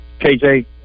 KJ